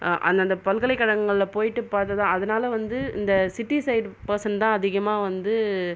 அந்த அந்த பல்கலைக்கழகங்களில் போயிட்டு பார்த்து தான் அதனால வந்து இந்த சிட்டி சைடு பர்சன் தான் அதிகமாக வந்து